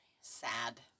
sad